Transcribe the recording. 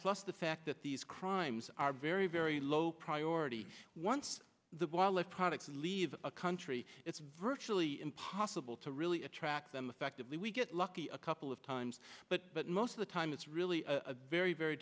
plus the fact that these crimes are very very low priority once the balik products and leave a country it's virtually impossible to really attract them effectively we get lucky a couple of times but most of the time it's really a very very